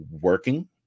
working